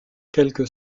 quelques